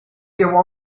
llevó